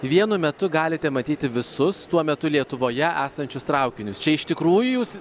vienu metu galite matyti visus tuo metu lietuvoje esančius traukinius čia iš tikrųjų jūs